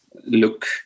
look